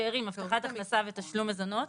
שאירים, הבטחת הכנסה ותשלום מזונות